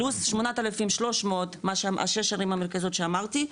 פלוס 8,300 השש ערים מרכזיות שאמרתי,